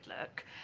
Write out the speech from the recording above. look